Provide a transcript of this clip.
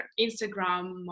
Instagram